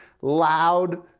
loud